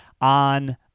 on